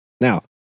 now